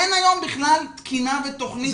אין היום בכלל תקינה ותוכנית רלוונטית.